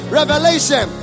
revelation